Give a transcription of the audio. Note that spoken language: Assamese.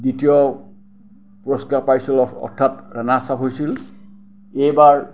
দ্বিতীয় পুৰস্কাৰ পাইছোঁ অৰ্থাৎ ৰাণাৰ্ছআপ হৈছিল এইবাৰ